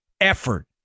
effort